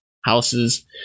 houses